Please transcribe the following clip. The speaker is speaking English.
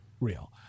real